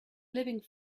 living